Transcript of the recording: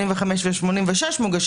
85 ו-86 מוגשים אלינו.